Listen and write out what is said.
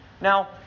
Now